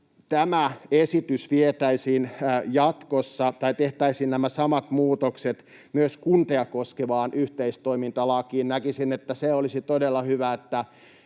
Toivoisin, että jatkossa tehtäisiin nämä samat muutokset myös kuntia koskevaan yhteistoimintalakiin. Näkisin, että se olisi todella hyvä, että